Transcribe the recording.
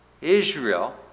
Israel